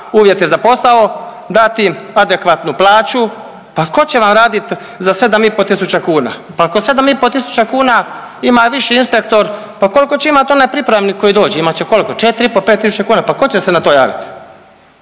uvjete za posao, dati im adekvatnu plaću, pa tko će vam raditi za 7,5 tisuća kuna, pa ako 7,5 tisuća kuna ima viši inspektor pa koliko će imati onaj pripravnik koji dođe, imat će koliko 4,5, 5 tisuća kuna, pa tko će se na to javiti.